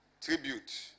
Tribute